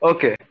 Okay